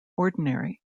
ordinary